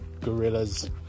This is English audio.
Gorilla's